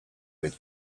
with